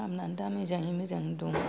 हामनानै दा मोजाङै मोजां दं